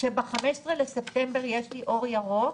שב-15 בספטמבר יש לי אור ירוק,